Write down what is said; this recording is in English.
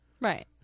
Right